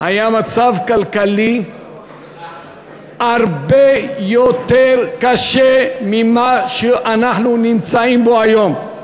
היה מצב כלכלי הרבה יותר קשה מזה שאנחנו נמצאים בו היום.